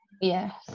Yes